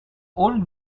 old